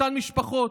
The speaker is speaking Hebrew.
אותן משפחות,